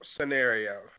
scenario